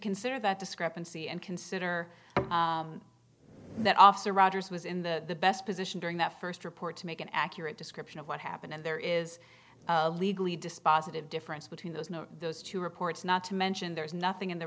consider that discrepancy and consider that officer rogers was in the best position during that first report to make an accurate description of what happened and there is legally dispositive difference between those no those two reports not to mention there is nothing in the